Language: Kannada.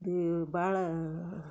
ಇದು ಭಾಳ